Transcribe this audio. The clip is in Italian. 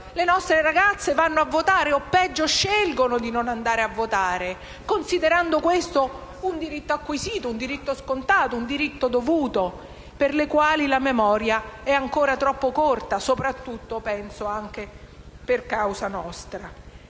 Le nostre ragazze vanno a votare, o peggio scelgono di non andare a votare, considerando questo un diritto acquisito, un diritto scontato, un diritto dovuto. Per loro la memoria è ancora troppo corta, soprattutto - penso - per causa nostra.